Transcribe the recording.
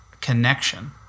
connection